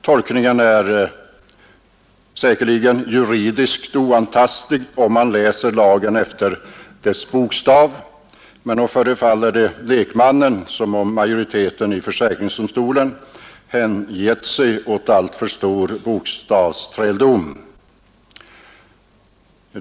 Tolkningen är säkerligen juridiskt oantastlig, om man läser lagen efter dess bokstav, men nog förefaller det lekmannen som om majoriteten i försäkringsdomstolen hängett sig åt alltför stor bokstavsträldom.